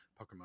pokemon